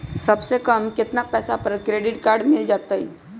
सबसे कम कतना पैसा पर क्रेडिट काड मिल जाई?